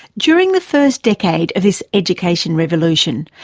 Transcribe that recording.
during the first decade of this education revolution,